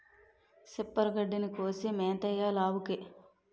సిప్పరు గడ్డిని కోసి మేతెయ్యాలావుకి